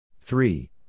Three